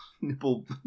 nipple